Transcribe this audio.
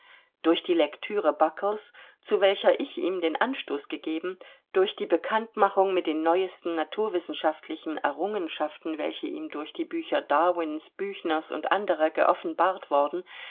durch die lektüre buckles zu welcher ich ihm den anstoß gegeben durch die bekanntmachung mit den neuesten naturwissenschaftlichen errungenschaften welche ihm durch die bücher darwins büchners und anderer geoffenbart worden